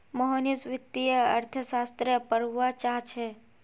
मोहनीश वित्तीय अर्थशास्त्र पढ़वा चाह छ